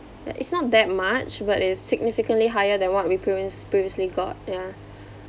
ya it's not that much but it's significantly higher than what we previous previously got ya